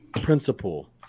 principle